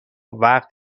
وقت